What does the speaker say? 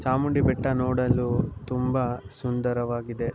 ಚಾಮುಂಡಿ ಬೆಟ್ಟ ನೋಡಲು ತುಂಬ ಸುಂದರವಾಗಿದೆ